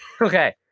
Okay